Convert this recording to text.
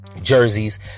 jerseys